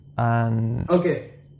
Okay